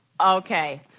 Okay